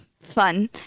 fun